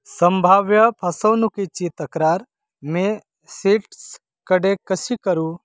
संभाव्य फसवणुकी ची तक्रार मी सीट्सकडे कशी करू